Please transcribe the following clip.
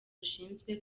bashinzwe